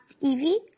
Evie